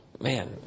man